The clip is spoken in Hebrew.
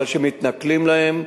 אבל שמתנכלים להם,